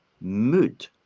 mood